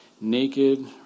naked